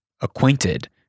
acquainted